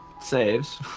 saves